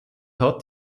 hat